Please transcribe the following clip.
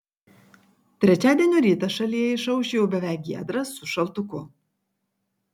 trečiadienio rytas šalyje išauš jau beveik giedras su šaltuku